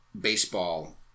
baseball